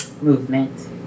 movement